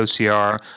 OCR